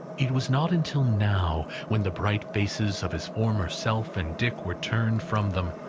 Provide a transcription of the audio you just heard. it was not until now, when the bright faces of his former self and dick were turned from them,